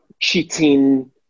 cheating